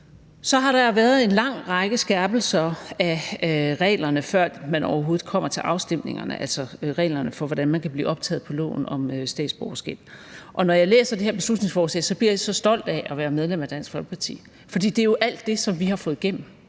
Så har der været en lang række skærpelser af reglerne, før man overhovedet kommer til afstemningerne, altså reglerne for, hvordan man kan blive optaget på loven om statsborgerskab. Når jeg læser det her beslutningsforslag, bliver jeg så stolt af at være medlem af Dansk Folkeparti, for det er jo alt det, som vi har fået igennem